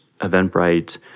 Eventbrite